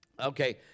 Okay